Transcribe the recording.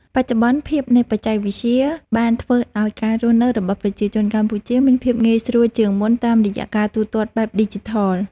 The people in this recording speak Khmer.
បច្ចុប្បន្នភាពនៃបច្ចេកវិទ្យាបានធ្វើឱ្យការរស់នៅរបស់ប្រជាជនកម្ពុជាមានភាពងាយស្រួលជាងមុនតាមរយៈការទូទាត់បែបឌីជីថល។